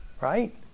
right